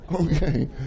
Okay